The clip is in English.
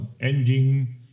ending